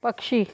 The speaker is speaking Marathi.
पक्षी